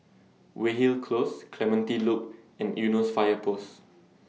Weyhill Close Clementi Loop and Eunos Fire Post